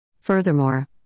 Furthermore